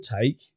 take